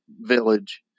village